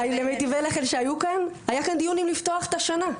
היה כאן דיון אם לפתוח את השנה,